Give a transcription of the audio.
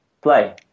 play